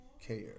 care